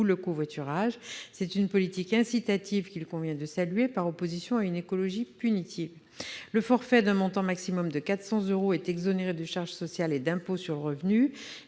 le covoiturage. C'est une politique incitative qu'il convient de saluer, par opposition à une écologie punitive. Le forfait, d'un montant maximal de 400 euros, est exonéré de charges sociales et d'impôt sur le revenu.